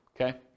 Okay